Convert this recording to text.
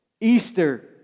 Easter